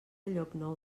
llocnou